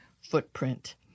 footprint